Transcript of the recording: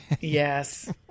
yes